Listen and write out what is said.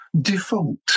default